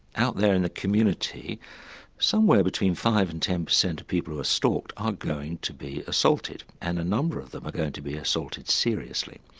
out there in the community somewhere between five percent and ten percent of people who are stalked are going to be assaulted and a number of them are going to be assaulted seriously.